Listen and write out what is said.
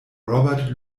robert